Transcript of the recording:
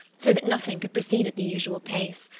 so that nothing could proceed at the usual pace.